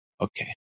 Okay